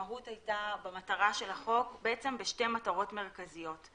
המהות של החוק הייתה בשתי מטרות מרכזיות.